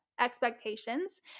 expectations